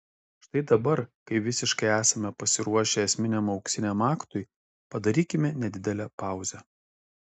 štai dabar kai visiškai esame pasiruošę esminiam auksiniam aktui padarykime nedidelę pauzę